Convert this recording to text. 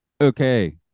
Okay